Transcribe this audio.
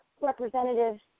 representative